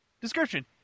Description